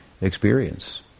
experience